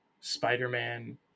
Spider-Man